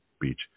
Beach